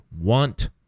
want